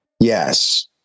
Yes